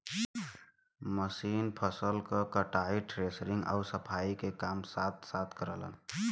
machine फसल क कटाई, थ्रेशिंग आउर सफाई के काम साथ साथ करलन